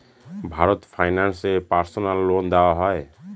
Bharat finance এ personal loan দেওয়া হয়?